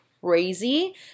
crazy